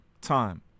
time